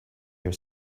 your